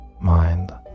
mind